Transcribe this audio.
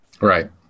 Right